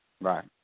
Right